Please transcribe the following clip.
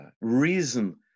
reason